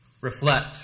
reflect